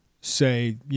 say